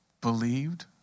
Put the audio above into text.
believed